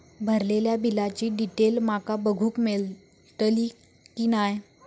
भरलेल्या बिलाची डिटेल माका बघूक मेलटली की नाय?